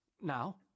now